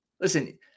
listen